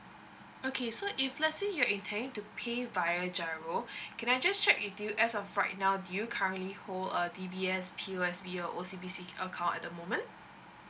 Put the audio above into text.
okay so if let's say you're intending to pay via G_I_R_O can I just check with you as of right now do you currently hold uh D_B_ S P_O_S_B or O_C _B_C account at the moment